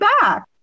back